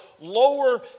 lower